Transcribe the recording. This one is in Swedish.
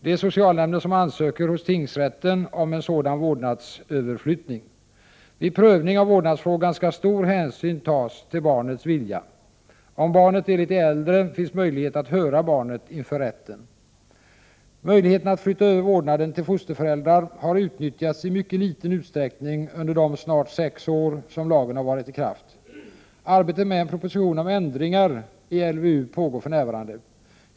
Det är socialnämnden som ansöker hos tingsrätten om en sådan vårdnadsöverflyttning. Vid prövning av vårdnadsfrågan skall stor hänsyn tas till barnets vilja. Om barnet är litet äldre finns möjlighet att höra barnet inför rätten. Möjligheten att flytta över vårdnaden till fosterföräldrar har utnyttjats i mycket liten utsträckning under de snart sex år lagen varit i kraft. Arbetet med en proposition om ändringar i LVU pågår för närvarande.